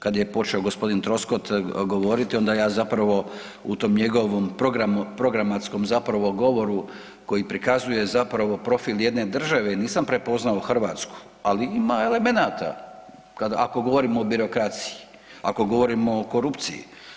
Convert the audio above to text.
Kad je počeo gospodin Troskot govoriti onda ja zapravo u tom njegovom programu, programatskom zapravo govoru koji prikazuje zapravo profil jedne države nisam prepoznao Hrvatsku, ali ima elemenata ako govorimo o birokraciji, ako govorimo o korupciji.